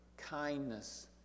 kindness